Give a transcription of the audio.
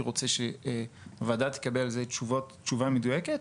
רוצה שהוועדה תקבל על זה תשובה מדויקת.